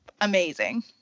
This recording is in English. amazing